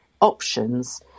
options